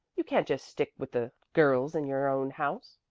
you can't just stick with the girls in your own house.